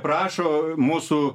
prašo mūsų